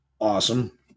awesome